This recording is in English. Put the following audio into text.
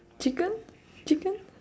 chicken chicken